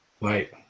Right